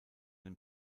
den